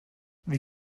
wie